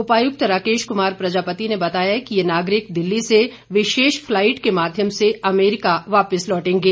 उपायुक्त राकेश कुमार प्रजापति ने बताया कि ये नागरिक दिल्ली से विशेष फलाईट के माध्यम से अमेरिका वापिस लौटेंगे